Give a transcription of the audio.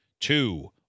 two